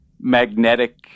magnetic